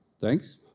Thanks